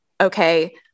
okay